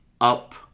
up